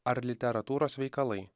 ar literatūros veikalai